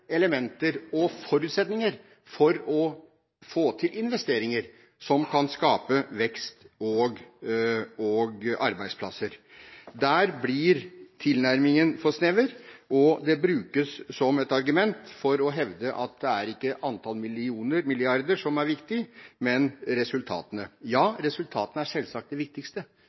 elementer og forutsetninger for å få til investeringer som kan skape vekst og arbeidsplasser. Der blir tilnærmingen for snever, og det brukes som et argument for å hevde at det er ikke antall milliarder som er viktig, men resultatene. Ja, resultatene er selvsagt det viktigste,